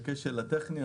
זה כשל טכני.